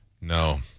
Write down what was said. No